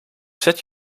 zet